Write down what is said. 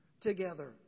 together